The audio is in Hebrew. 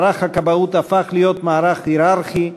מערך הכבאות הפך להיות מערך הייררכי,